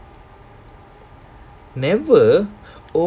never oh